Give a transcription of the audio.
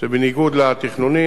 שבניגוד לתכנונים,